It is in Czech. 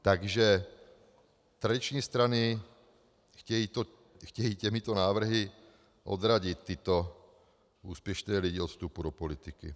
Takže tradiční strany chtějí těmito návrhy odradit tyto úspěšné lidi od vstupu do politiky.